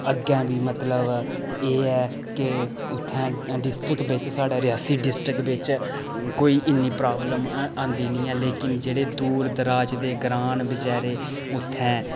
अग्गैं बी मतलब एह् ऐ के उत्थै डिस्टिक बिच्च साढ़ै रेयासी डिस्टिक बिच्च कोई इन्नी प्राब्लम आंदी निं ऐ लेकिन जेह्ड़े दूर दराज दे ग्रांऽ न बचैरे उत्थैं